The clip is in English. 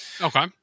okay